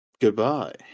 Goodbye